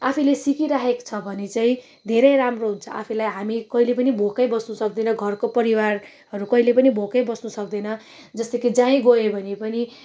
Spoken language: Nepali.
आफैले सिकिराखेको छ भने चाहिँ धेरै राम्रो हुन्छ आफैलाई हामी कहिले पनि भोकै बस्नु सक्दैन घरको परिवारहरू कहिले पनि भोको बस्नु सक्दैन जस्तै कि जहीँ गयो भने पनि